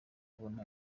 kubona